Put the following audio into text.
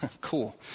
cool